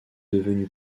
devenu